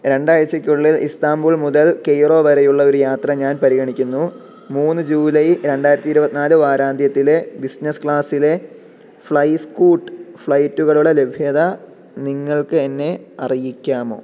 രണ്ടാഴ്ചയ്ക്കുള്ളിൽ Istanbul മുതൽ Cairo വരെയുള്ള ഒരു യാത്ര ഞാൻ പരിഗണിക്കുന്നു മൂന്ന് ജൂലൈ രണ്ടായിരത്തി ഇരുപത്തിനാല് വാരാന്ത്യത്തിലെ ബിസിനസ്സ് ക്ലാസിലെ ഫ്ളൈ സ്കൂട്ട് ഫ്ലൈറ്റുകളുടെ ലഭ്യത നിങ്ങൾക്ക് എന്നെ അറിയിക്കാമോ